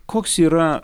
koks yra